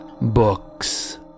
books